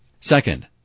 Second